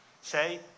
say